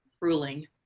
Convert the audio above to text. ruling